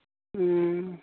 ᱦᱮᱸ